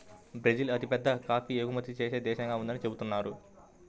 Brazil అతిపెద్ద coffee ఎగుమతి చేసే దేశంగా ఉందని చెబుతున్నారు